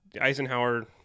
Eisenhower